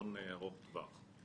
חיסכון ארוך טווח.